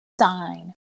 sign